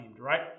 right